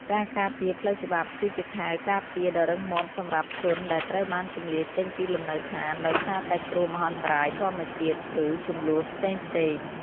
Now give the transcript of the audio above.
ការការពារផ្លូវច្បាប់ គឺជាខែលការពារដ៏រឹងមាំសម្រាប់ជនដែលត្រូវបានជម្លៀសចេញពីលំនៅឋានដោយសារតែគ្រោះមហន្តរាយធម្មជាតិ ឬជម្លោះផ្សេងៗ។